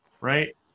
right